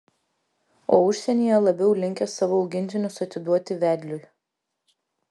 o užsienyje labiau linkę savo augintinius atiduoti vedliui